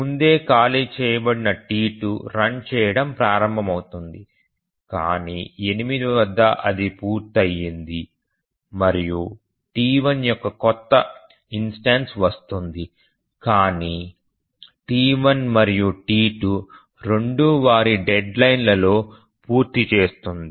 ముందే ఖాళీ చేయబడిన T2 రన్ చేయడం ప్రారంభమవుతుంది కానీ 8 వద్ద అది పూర్తయింది మరియు T1 యొక్క కొత్త ఇన్స్టెన్సు వస్తుంది కానీ T1 మరియు T2 రెండూ వారి డెడ్లైన్ లలో పూర్తి చేసింది